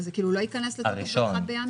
אז זה לא ייכנס לתוקף ב-1 בינואר?